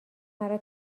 مرا